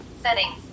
Settings